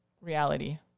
reality